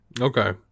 Okay